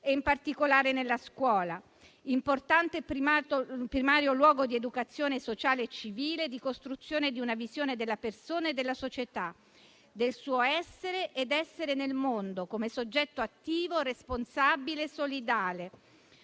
e in particolare nella scuola, importante primario luogo di educazione sociale e civile, di costruzione di una visione della persona e della società, del suo essere ed essere nel mondo come soggetto attivo, responsabile e solidale.